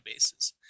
databases